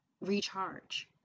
recharge